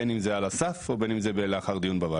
בין אם זה על הסף או בין אם זה לאחר דיון בוועדה.